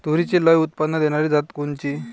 तूरीची लई उत्पन्न देणारी जात कोनची?